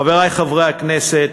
חברי חברי הכנסת,